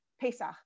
Pesach